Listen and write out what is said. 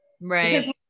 Right